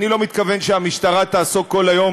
אני לא מתכוון שהמשטרה תעסוק כל היום